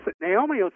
Naomi